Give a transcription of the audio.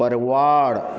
forward